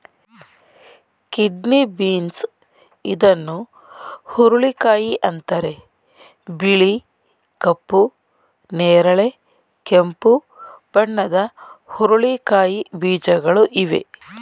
kidney beans ಇದನ್ನು ಹುರುಳಿಕಾಯಿ ಅಂತರೆ ಬಿಳಿ, ಕಪ್ಪು, ನೇರಳೆ, ಕೆಂಪು ಬಣ್ಣದ ಹುರಳಿಕಾಯಿ ಬೀಜಗಳು ಇವೆ